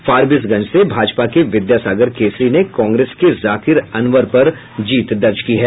फारबिसगंज से भाजपा के विद्यासागर केसरी ने कांग्रेस के जाकिर अनवर पर जीत दर्ज की है